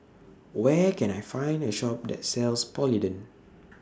Where Can I Find A Shop that sells Polident